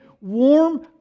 warm